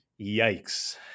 Yikes